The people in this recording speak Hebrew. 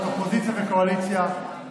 אופוזיציה וקואליציה,